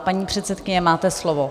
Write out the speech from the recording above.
Paní předsedkyně, máte slovo.